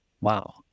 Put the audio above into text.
Wow